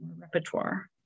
repertoire